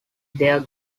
their